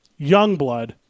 Youngblood